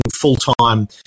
full-time